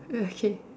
okay